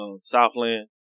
Southland